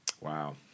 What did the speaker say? Wow